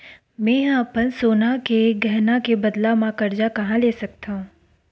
मेंहा अपन सोनहा के गहना के बदला मा कर्जा कहाँ ले सकथव?